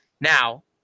Now